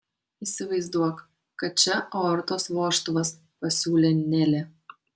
įsivaizduok kad čia aortos vožtuvas pasiūlė nelė